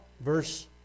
verse